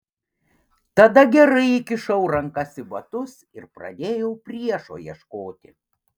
tada gerai įkišau rankas į batus ir pradėjau priešo ieškoti